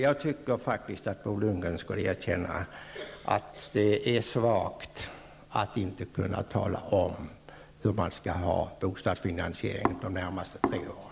Jag tycker faktiskt att Bo Lundgren skulle erkänna att det är svagt att inte kunna tala om hur man skall ha det med bostadsfinansieringen de närmaste tre åren.